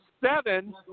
seven